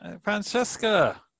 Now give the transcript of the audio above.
francesca